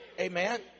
Amen